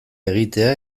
egitea